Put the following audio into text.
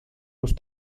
los